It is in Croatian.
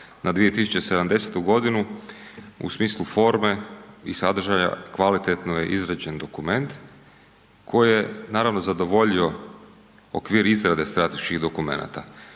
na 2070. g. u smislu forme i sadržaja kvalitetno je izrađen dokument koji je naravno zadovoljio okvir izrade strateških dokumenata.